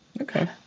Okay